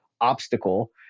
obstacle